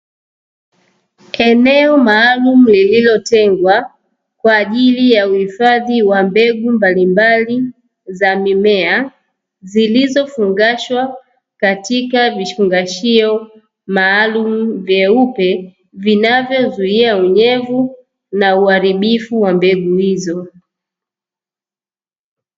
Eneo maalumu liliotengwa kwa ajili ya uhifadhi wa mbegu mbalimbali za mimea. Zilizofungashwa katika vifungashio maalumu vyeupe vinavyozuia unyevu na uharibifu wa mbegu hizo.